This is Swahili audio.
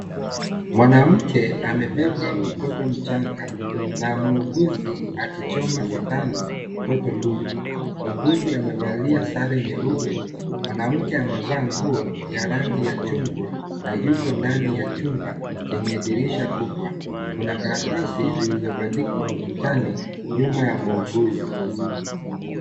Mwanamke amebeba mtoto mchanga na muuguzi akichoma sindano mtoto huyo muuguzi amevalia sare nyeupe mwanamke amevaa nguo yarangi ya chungwa na yuko ndani ya chumba yenye dirisha kubwa kuna karatasi zilizo bandikwa ukutani nyuma ya muuguzi.